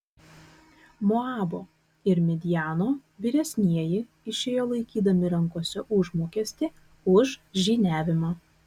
moabo ir midjano vyresnieji išėjo laikydami rankose užmokestį už žyniavimą